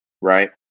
Right